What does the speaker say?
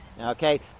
okay